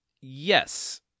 Yes